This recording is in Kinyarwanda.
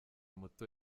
muto